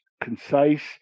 concise